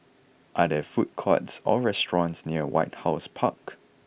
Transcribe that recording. are there food courts or restaurants near White House Park